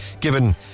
given